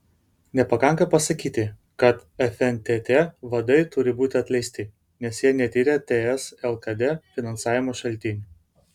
nepakanka pasakyti kad fntt vadai turi būti atleisti nes jie netyrė ts lkd finansavimo šaltinių